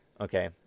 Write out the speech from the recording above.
okay